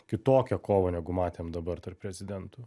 kitokią kovą negu matėm dabar tarp prezidentų